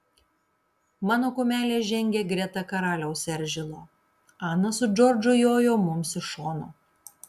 mano kumelė žengė greta karaliaus eržilo ana su džordžu jojo mums iš šono